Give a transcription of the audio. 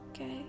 okay